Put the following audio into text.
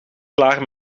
klaar